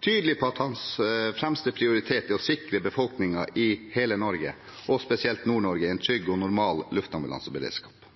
tydelig på at hans fremste prioritet er å sikre befolkningen i hele Norge, og spesielt i Nord-Norge, en trygg og normal ambulanseberedskap,